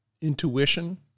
intuition